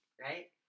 Right